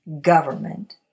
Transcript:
government